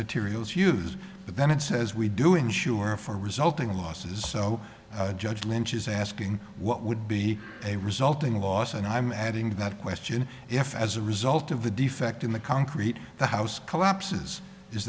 materials used but then it says we do insure for resulting losses so judge lynch is asking what would be a resulting loss and i'm adding that question if as a result of the defect in the concrete the house collapses is